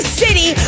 city